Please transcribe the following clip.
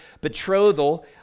betrothal